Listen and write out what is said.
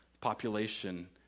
population